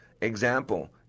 example